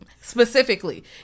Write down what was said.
specifically